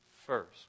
first